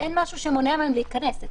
אין משהו שמונע מהם להיכנס.